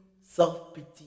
self-pity